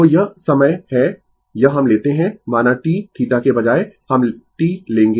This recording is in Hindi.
तो यह समय है यह हम लेते है माना T θ के बजाय हम T लेंगें